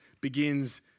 begins